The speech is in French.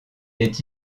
est